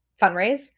fundraise